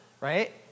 right